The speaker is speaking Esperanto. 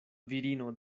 virino